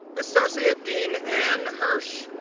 associate dean ann hirsch,